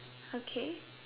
okay